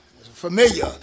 familiar